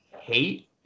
hate